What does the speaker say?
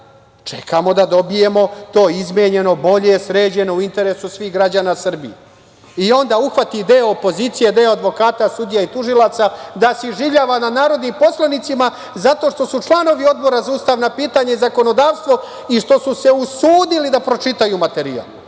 dalje. Čekamo da dobijemo to izmenjeno, bolje, sređeno, u interesu svih građana Srbije. Onda uhvati deo opozicije, deo advokata, sudija i tužilaca da se iživljava nad narodnim poslanicima, zato što su članovi Odbora za ustavna pitanja i zakonodavstvo i što su se usudili da pročitaju materijal.